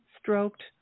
stroked